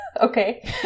Okay